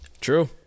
True